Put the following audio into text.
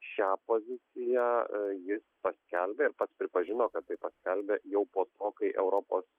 šią poziciją jis paskelbė ir pats pripažino kad tai paskelbė jau po to kai europos